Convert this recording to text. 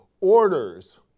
orders